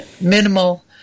minimal